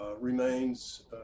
remains